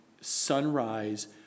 sunrise